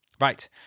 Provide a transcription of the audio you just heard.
Right